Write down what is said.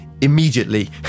immediately